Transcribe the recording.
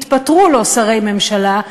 התפטרו לו שרי ממשלה,